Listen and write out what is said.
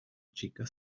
chica